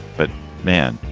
but man,